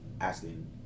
asking